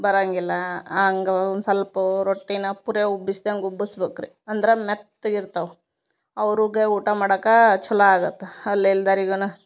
ಬರಂಗಿಲ್ಲ ಹಾಂಗೆ ಒಂದ್ ಸ್ವಲ್ಪ ರೊಟ್ಟಿನ ಪುರವ ಉಬ್ಬಿಸ್ದಂಗ ಉಬ್ಬಿಸ್ಬೇಕರಿ ಅಂದರ ಮೆತ್ತಗಿರ್ತವ ಅವರುಗ ಊಟ ಮಾಡಕ್ಕಾ ಚಲೋ ಆಗತ್ತ ಅಲ್ಲಿ ಇಲ್ದಾರಿಗುನ